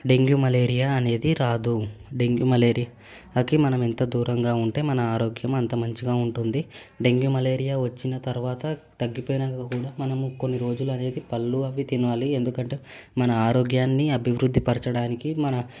dengue malaria అనేది రాదు dengue మలేరియాకి మనం ఎంత దూరంగా ఉంటే మన ఆరోగ్యం అంత మంచిగా ఉంటుంది డెంగ్యూ మలేరియా వచ్చిన తర్వాత తగ్గిపోయినాక కూడా మనము కొన్ని రోజులు అనేది పళ్ళు అవి తినాలి ఎందుకంటే మన ఆరోగ్యాన్ని అభివృద్ధి పరచడానికి మన